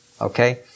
okay